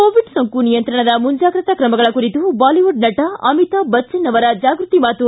Covid ಸೋಂಕು ನಿಯಂತ್ರಣದ ಮುಂಜಾಗ್ರತಾ ಕ್ರಮಗಳ ಕುರಿತು ಬಾಲಿವುಡ್ ನಟ ಅಮಿತಾಬ್ ಬಚ್ಚನ್ ಅವರ ಜಾಗ್ಪತಿ ಮಾತು